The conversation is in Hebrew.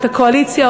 קואליציה,